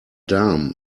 darm